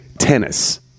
tennis